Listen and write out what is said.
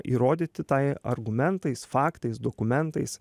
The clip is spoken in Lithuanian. įrodyti tai argumentais faktais dokumentais